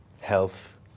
health